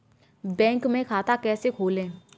Bank में खाता कैसे खोलें?